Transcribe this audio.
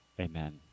Amen